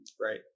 Right